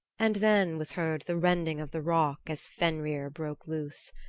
and then was heard the rending of the rock as fenrir broke loose.